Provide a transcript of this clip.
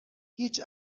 هیچ